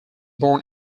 born